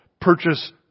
purchase